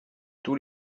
tous